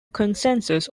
consensus